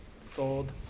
Sold